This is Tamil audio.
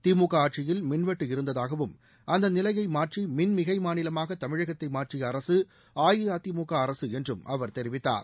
திமுக ஆட்சியில் மின்வெட்டு இருந்ததாகவும் அந்த நிலையை மாற்றி மின்மிகை மாநிலமாக தமிழகத்தை மாற்றிய அரசு அஇஅதிமுக அரசு என்றும் அவர் தெரிவித்தார்